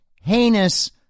heinous